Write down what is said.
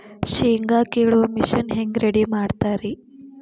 ಶೇಂಗಾ ಕೇಳುವ ಮಿಷನ್ ಹೆಂಗ್ ರೆಡಿ ಮಾಡತಾರ ರಿ?